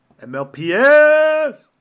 MLPS